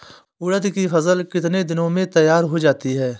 उड़द की फसल कितनी दिनों में तैयार हो जाती है?